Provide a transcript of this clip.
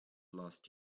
last